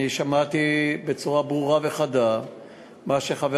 אני שמעתי בצורה ברורה וחדה את מה שחבר